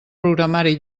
programari